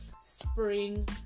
spring